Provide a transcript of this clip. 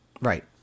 Right